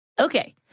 Okay